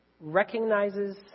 recognizes